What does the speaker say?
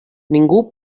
ningú